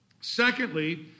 Secondly